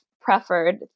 preferred